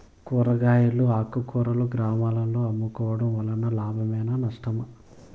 కూరగాయలు ఆకుకూరలు గ్రామాలలో అమ్ముకోవడం వలన లాభమేనా నష్టమా?